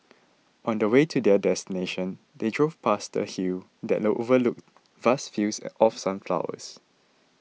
on the way to their destination they drove past a hill that no overlooked vast fields of sunflowers